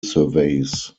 surveys